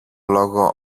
λόγο